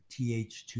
TH2